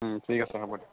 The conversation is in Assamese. ঠিক আছে হ'ব দিয়ক